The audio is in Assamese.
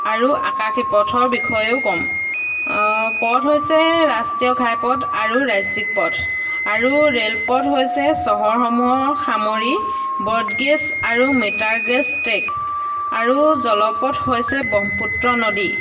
আৰু আকাশী পথৰ বিষয়েও ক'ম পথ হৈছে ৰাষ্ট্ৰীয় ঘাইপথ আৰু ৰাজ্যিক পথ আৰু ৰে'ল পথ হৈছে চহৰসমূহৰ সামৰি ব্ৰড গজ আৰু মিটাৰ গজ ট্ৰেক আৰু জলপথ হৈছে ব্ৰহ্মপুত্ৰ নদী